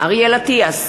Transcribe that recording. אריאל אטיאס,